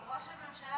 ראש הממשלה